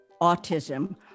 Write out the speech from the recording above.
autism